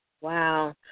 Wow